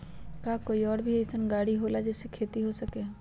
का कोई और भी अइसन और गाड़ी होला जे से खेती हो सके?